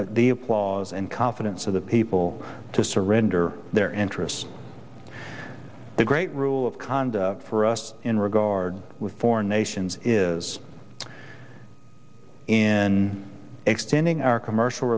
applause and confidence of the people to surrender their interests the great rule of cond for us in regard with foreign nations is in extending our commercial